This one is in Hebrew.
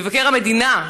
מבקר המדינה,